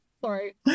Sorry